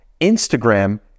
Instagram